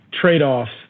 trade-offs